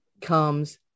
comes